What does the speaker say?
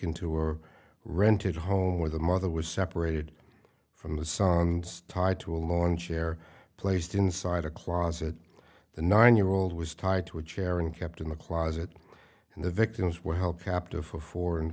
taken to or rented home where the mother was separated from the son tied to a lawn chair placed inside a closet the nine year old was tied to a chair and kept in the closet and the victims were held captive for four